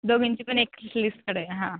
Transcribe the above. दोघींची पण एक लिस्ट काढूया हां